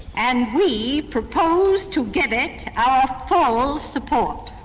and we propose to give it our full support.